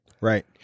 Right